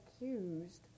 accused